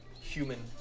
human